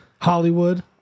Hollywood